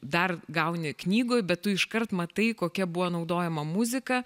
dar gauni knygoj bet tu iškart matai kokia buvo naudojama muzika